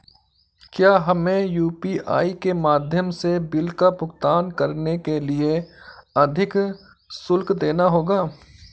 क्या हमें यू.पी.आई के माध्यम से बिल का भुगतान करने के लिए अधिक शुल्क देना होगा?